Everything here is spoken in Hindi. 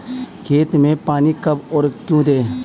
खेत में पानी कब और क्यों दें?